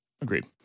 Agreed